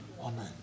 Amen